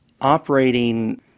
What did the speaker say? operating